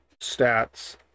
stats